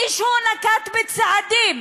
מישהו נקט צעדים